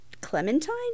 Clementine